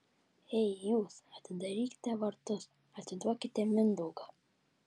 ei jūs atidarykite vartus atiduokite mindaugą